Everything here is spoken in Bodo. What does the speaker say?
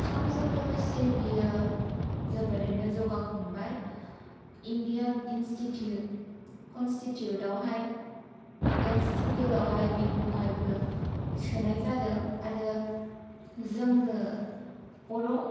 समजों लोगोसे बियो जोबोरैनो जौगाखांबाय इन्डियान इन्सटिटिउट कन्सटिटिउशोनावहाय ओइथ सिदिउलावहाय बेखौहायबो सोनाय जादों आरो जोंनो बर'